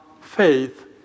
faith